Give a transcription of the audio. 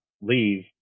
leave